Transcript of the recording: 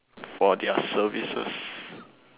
for their services